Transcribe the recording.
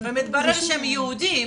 ומתברר שהם יהודים,